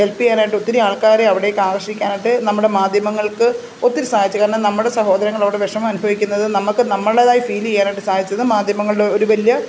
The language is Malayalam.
ഹെൽപ്പ് ചെയ്യാനായിട്ട് ഒത്തിരി ആൾക്കാരെ അവിടേക്ക് ആകർഷിക്കാനായിട്ട് നമ്മുടെ മാധ്യമങ്ങൾക്ക് ഒത്തിരി സാധിച്ചു കാരണം നമ്മുടെ സഹോദരങ്ങൾ അടെ വിഷമം അനുഭവിക്കുന്നത് നമ്മൾക്ക് നമ്മളുടേതായി ഫീൽ ചെയ്യാനായിട്ട് സാധിച്ചത് മാധ്യമങ്ങളുടെ ഒരു വലിയ